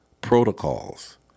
protocols